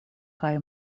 kaj